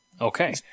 Okay